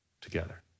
together